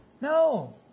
No